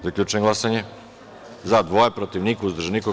Zaključujem glasanje: za – dva, protiv – niko, uzdržanih – nema.